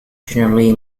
generally